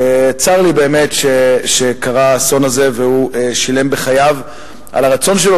וצר לי שקרה האסון הזה והוא שילם בחייו על הרצון שלו